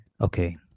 Okay